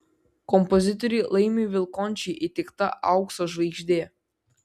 kompozitoriui laimiui vilkončiui įteikta aukso žvaigždė